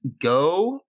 go